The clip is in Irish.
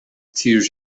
tír